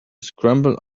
scramble